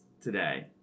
today